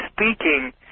speaking